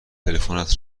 تلفنت